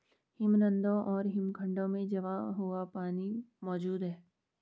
हिमनदों और हिमखंडों में जमा हुआ पानी मौजूद हैं